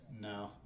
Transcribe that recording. No